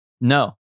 no